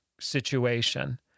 situation